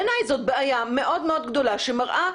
בעיניי זו בעיה מאוד מאוד גדולה שמראה,